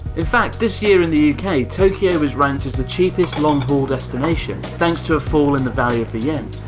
in fact, this year in the uk tokyo was ranked as the cheapest long-haul destination thanks to a fall in the value of the yen.